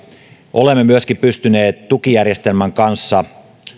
olemme myöskin pystyneet tukijärjestelmän kanssa